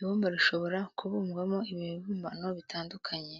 Ibumba rishobora kubumbwamo ibibumbano bitandukanye,